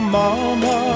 mama